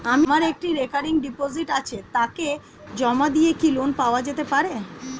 আমার একটি recurring deposit আছে তাকে জমা দিয়ে কি লোন পাওয়া যেতে পারে?